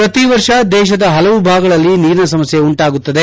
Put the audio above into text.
ಪ್ರತಿವರ್ಷ ದೇತದ ಹಲವು ಭಾಗಗಳಲ್ಲಿ ನೀರಿನ ಸಮಸ್ಥೆ ಉಂಟಾಗುತ್ತದೆ